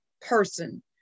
person